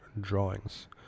drawings